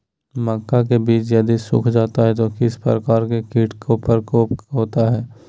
मक्का के बिज यदि सुख जाता है तो किस प्रकार के कीट का प्रकोप होता है?